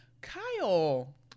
kyle